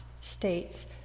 states